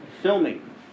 filming